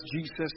Jesus